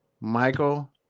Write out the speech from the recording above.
Michael